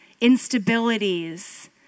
instabilities